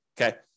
Okay